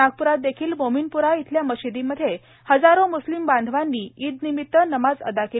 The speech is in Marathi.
नागप्रात देखील मोमिनप्रा येथील मशिदीमध्ये हजारो मुस्लीम बांधवांनी ईद निमित्त नमाज अदा केली